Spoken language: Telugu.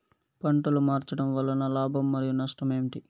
పంటలు మార్చడం వలన లాభం మరియు నష్టం ఏంటి